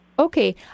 Okay